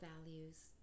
values